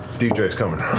d j s coming.